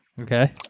Okay